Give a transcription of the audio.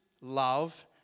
love